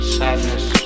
sadness